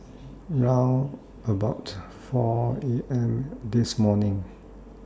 round about four A M This morning